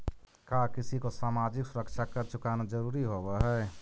का किसी को सामाजिक सुरक्षा कर चुकाना जरूरी होवअ हई